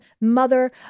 mother